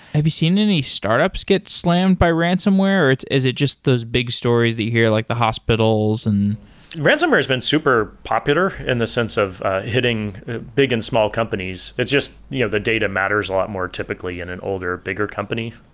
have you seen any startups get slammed by ransomware, or is it just those big stories that you hear, like the hospitals and ransom ware has been super popular in the sense of hitting big and small companies. it's just you know the data matters a lot more typically in an older, bigger company.